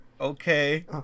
Okay